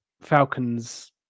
Falcons